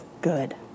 good